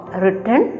written